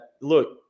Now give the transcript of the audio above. look